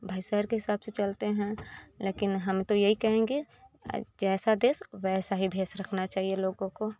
भाई शहर के हिसाब से चलते हैं लेकिन हम तो यही कहेंगे जैसा देश वैसा भी भेस रखना चाहिए लोगों को